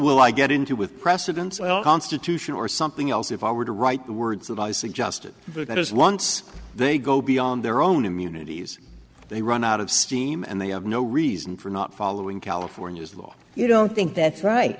will i get into with precedence well constitution or something else if i were to write the words that i suggested because once they go beyond their own immunities they run out of steam and they have no reason for not following california's law you don't think that's right